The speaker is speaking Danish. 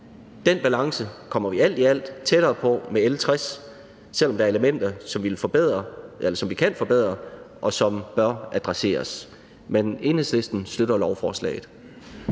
Den balance kommer vi alt i alt tættere på med L 60, selv om der er elementer, som vi kan forbedre, og som bør adresseres. Men Enhedslisten støtter lovforslaget.